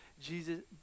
jesus